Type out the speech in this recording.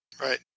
Right